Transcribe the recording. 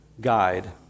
guide